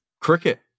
cricket